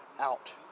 out